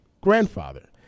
grandfather